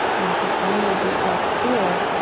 and then take one more deep breath here,